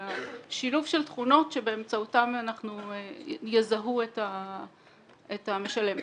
אלא שילוב של תכונות שבאמצעותם יזהו את המשלם.